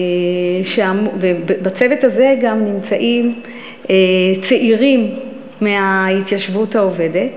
ובצוות הזה גם נמצאים צעירים מההתיישבות העובדת.